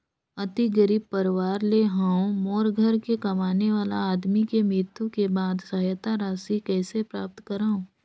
अति गरीब परवार ले हवं मोर घर के कमाने वाला आदमी के मृत्यु के बाद सहायता राशि कइसे प्राप्त करव?